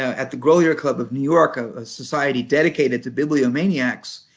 at the grolier club of new york, a ah society dedicated to bibliomaniacs,